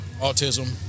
autism